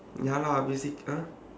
ya lah obviously uh